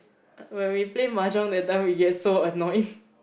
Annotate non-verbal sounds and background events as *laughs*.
when we play mahjong that time we get so annoyed *laughs*